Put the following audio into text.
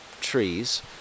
trees